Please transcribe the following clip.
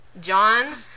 John